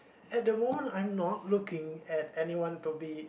at the moment I'm not looking at anyone to be